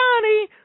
Johnny